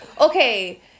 okay